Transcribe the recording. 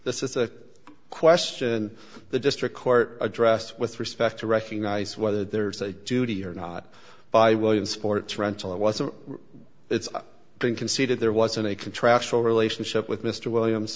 this is a question the district court addressed with respect to recognize whether there is a duty or not by williamsport trental it was a it's been conceded there wasn't a contractual relationship with mr williams